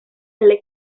alle